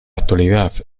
actualidad